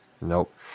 Nope